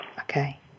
Okay